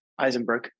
Eisenberg